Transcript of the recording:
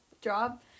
job